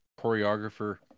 choreographer